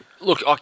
Look